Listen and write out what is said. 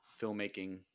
Filmmaking